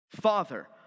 father